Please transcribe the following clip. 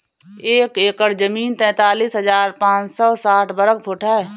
एक एकड़ जमीन तैंतालीस हजार पांच सौ साठ वर्ग फुट है